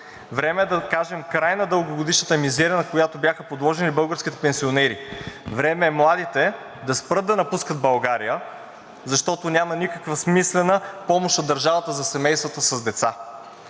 Време е да кажем: край на дългогодишната мизерия, на която бяха подложени българските пенсионери. Време е младите да спрат да напускат България, защото няма никаква смислена помощ от държавата за семействата с деца.